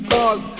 Cause